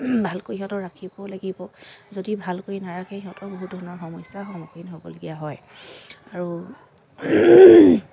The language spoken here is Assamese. ভালকৈ সিহঁতক ৰাখিব লাগিব যদি ভালকৈ নাৰাখে সিহঁতৰ বহুত ধৰণৰ সমস্যাৰ সন্মুখীন হ'বলগীয়া হয় আৰু